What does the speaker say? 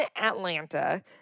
Atlanta